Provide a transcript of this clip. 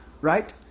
Right